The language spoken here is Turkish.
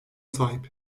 sahip